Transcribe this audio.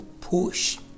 push